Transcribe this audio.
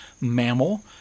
mammal